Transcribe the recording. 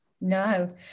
No